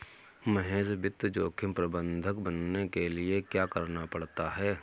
महेश वित्त जोखिम प्रबंधक बनने के लिए क्या करना पड़ता है?